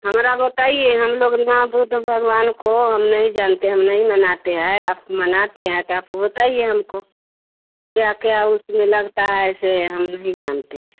हमरा बताइए हम लोग हियाँ बुद्ध भगवान को हम नहीं जानते हम नहीं मनाते है आप मनाते हैं तो आप बताइए हमको क्या क्या उसमें लगता है ऐसे हम नहीं जानते हैं